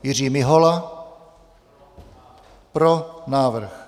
Jiří Mihola: Pro návrh.